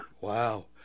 Wow